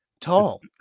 tall